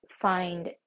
find